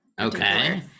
okay